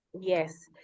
Yes